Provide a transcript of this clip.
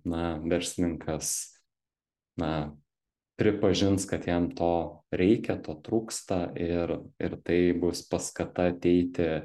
na verslininkas na pripažins kad jam to reikia to trūksta ir ir tai bus paskata ateiti